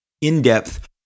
in-depth